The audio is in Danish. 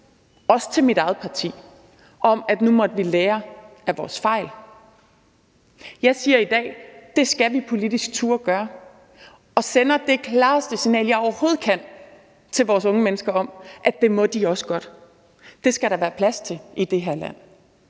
også til mit eget parti, med, at nu måtte vi lære af vores fejl. Jeg siger i dag, at det skal vi politisk turde gøre, og sender det klareste signal, jeg overhovedet kan, til vores unge mennesker om, at det må de også godt. Det skal der være plads til i det her land.